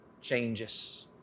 changes